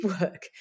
work